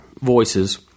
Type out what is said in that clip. voices